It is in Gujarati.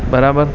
બરાબર